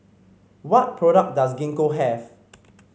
what product does Gingko have